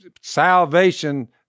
salvation